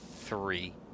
three